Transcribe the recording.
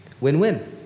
win-win